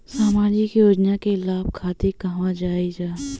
सामाजिक योजना के लाभ खातिर कहवा जाई जा?